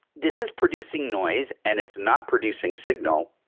this is producing noise and it's not producing signal.